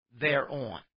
thereon